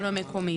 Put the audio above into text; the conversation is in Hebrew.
המקומי.